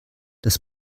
das